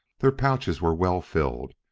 their pouches were well filled,